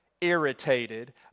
irritated